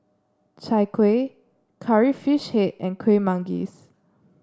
Chai Kueh Curry Fish Head and Kueh Manggis